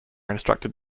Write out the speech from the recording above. instructed